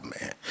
man